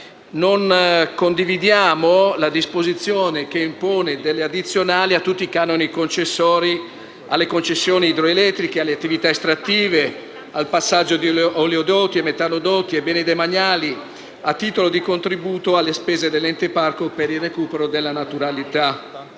non condividiamo la disposizione che impone delle addizionali a tutti i canoni concessori, alle concessioni idroelettriche, alle attività estrattive, al passaggio di oleodotti e metanodotti, ai beni demaniali, a titolo di contributo alle spese dell’Ente parco per il recupero della naturalità.